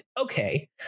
okay